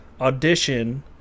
Audition